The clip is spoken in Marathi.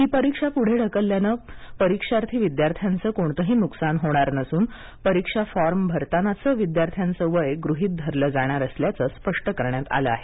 ही परीक्षा पुढे ढकलल्याने परीक्षार्थी विद्यार्थ्यांचे कोणतेही नुकसान होणार नसून परीक्षा फॉर्म भरतानाचे विद्यार्थ्यांचे वय गृहित धरलं जाणार असल्याचं स्पष्ट करण्यात आलं आहे